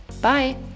Bye